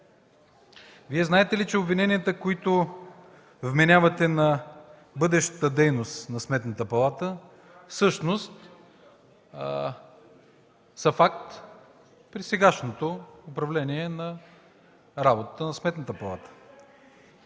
Вие знаете ли, че от мненията, които вменявате на бъдещата дейност на Сметната палата, всъщност са факт при сегашното управление на работата на Сметната палата?!